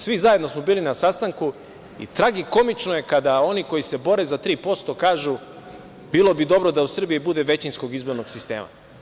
Svi zajedno smo bili na sastanku i tragikomično je kada oni koji se bore za 3% kažu - bilo bi dobro da u Srbiji bude većinskog izbornog sistema.